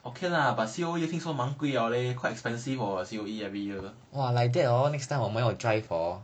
okay lah but C_O_E 听说蛮贵 liao leh quite expensive orh C_O_E every year